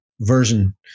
version